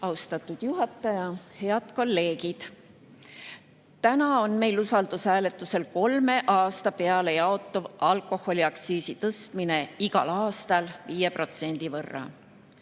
Austatud juhataja! Head kolleegid! Täna on meil usaldushääletusel kolme aasta peale jaotuv alkoholiaktsiisi tõstmine igal aastal 5% võrra.